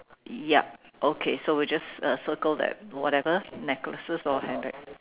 ya okay so we'll just uh circle that whatever necklaces or handbag